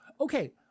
Okay